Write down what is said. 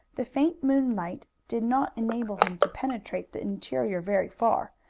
the faint moonlight did not enable him to penetrate the interior very far,